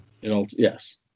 Yes